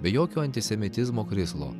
be jokio antisemitizmo krislo